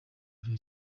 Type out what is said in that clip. bya